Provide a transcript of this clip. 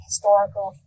historical